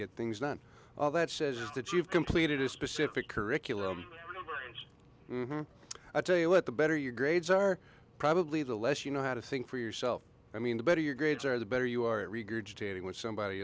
get things not all that says is that you have completed a specific curriculum i tell you what the better your grades are probably the less you know how to think for yourself i mean the better your grades are the better you are at regurgitating what somebody